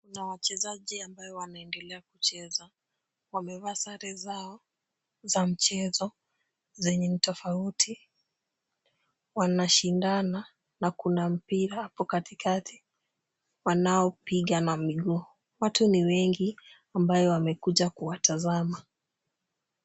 Kuna wachezaji ambayo wanaendelea kucheza. Wamevaa sare zao za mchezo zenye ni tofauti. Wanashindana na kuna mpira hapo katikati wanaopiga na miguu. Watu ni wengi ambayo wamekuja kuwatazama.